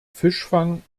fischfang